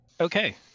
okay